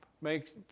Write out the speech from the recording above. makes